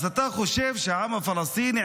אז אתה חושב שהעם הפלסטיני,